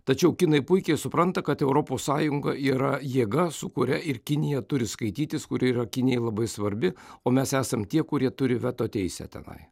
tačiau kinai puikiai supranta kad europos sąjunga yra jėga su kuria ir kinija turi skaitytis kuri yra kinijai labai svarbi o mes esam tie kurie turi veto teisę tenai